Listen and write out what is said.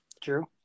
True